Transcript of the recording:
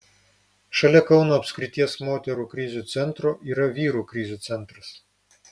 šalia kauno apskrities moterų krizių centro yra vyrų krizių centras